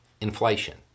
inflation